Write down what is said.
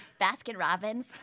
Baskin-Robbins